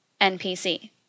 NPC